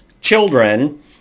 children